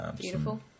Beautiful